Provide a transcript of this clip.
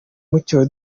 mucyo